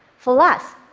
for us,